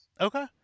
okay